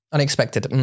Unexpected